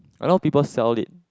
I know people sell it